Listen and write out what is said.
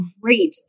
great